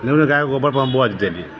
लेबै गायके गोबर